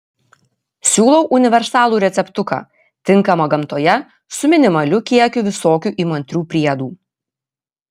siūlau universalų receptuką tinkamą gamtoje su minimaliu kiekiu visokių įmantrių priedų